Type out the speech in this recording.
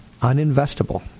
uninvestable